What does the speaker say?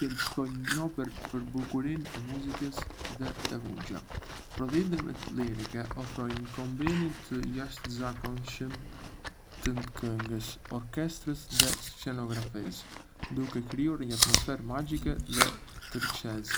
Më pëlqen të shkoj në operë për bukurinë e muzikës dhe të vuxha. Prodhimet lirike ofrojnë një kombinim të jashtëzakonshëm të këngës, orkestrës dhe skenografisë, duke krijuar një atmosferë magjike dhe tërheçëse.